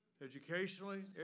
educationally